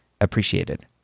appreciated